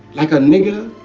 like a nigger?